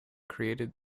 created